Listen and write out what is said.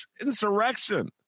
insurrection